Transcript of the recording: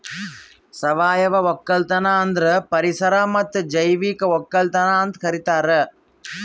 ಸಾವಯವ ಒಕ್ಕಲತನ ಅಂದುರ್ ಪರಿಸರ ಮತ್ತ್ ಜೈವಿಕ ಒಕ್ಕಲತನ ಅಂತ್ ಕರಿತಾರ್